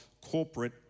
corporate